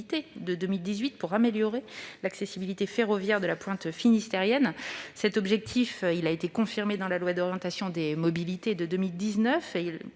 de 2018, à améliorer l'accessibilité ferroviaire de la pointe finistérienne. Cet objectif a été confirmé dans la loi d'orientation des mobilités de 2019.